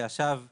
שישב בוועדה,